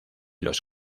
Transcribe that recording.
los